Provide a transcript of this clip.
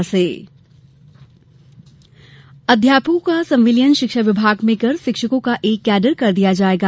cabinet अध्यापकों का संविलियन शिक्षा विभाग में कर शिक्षकों का एक कैडर कर दिया जाएगा